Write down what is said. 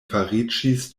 fariĝis